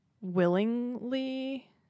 willingly